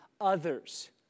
others